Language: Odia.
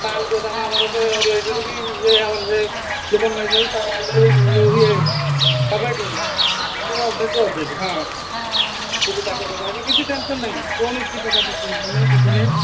ଆମା ଆମର ସେରୁ ଏଇଠାରୁ ବି ଯେ ଆମର ସେ ଲୁକନ ବାଇରୁ ସ ଯେଉଁ ଇଏ ଅଭୟଠାରୁ ଅପଡ଼େଟ ଟୁ ଅପଡ଼େଟ୍ ହଁ କୋବି ତାଙ୍କ ସହିତ କିଛି ଟେନସନ୍ ନାହିଁ କୌଣସି ପ୍ରକାର ତ ଟେନସନ୍ ନାହିଁ କିଛି ନାହିଁ